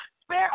Spare